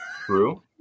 true